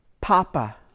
Papa